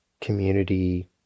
community